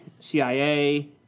CIA